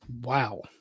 Wow